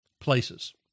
places